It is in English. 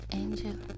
angel